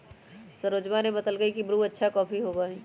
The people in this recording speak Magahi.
सरोजवा ने बतल कई की ब्रू अच्छा कॉफी होबा हई